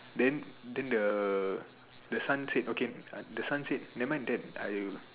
then then the the son said okay the son said never mind that I will